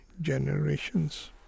generations